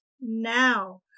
now